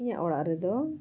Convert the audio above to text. ᱤᱧᱟᱹᱜ ᱚᱲᱟᱜ ᱨᱮᱫᱚ